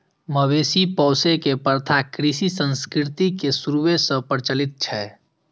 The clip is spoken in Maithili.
मवेशी पोसै के प्रथा कृषि संस्कृति के शुरूए सं प्रचलित छै